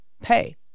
pay